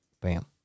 Bam